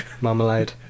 marmalade